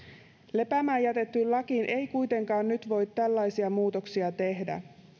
lepäämään jätettyyn lakiin ei kuitenkaan voi tällaisia muutoksia nyt tehdä